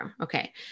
Okay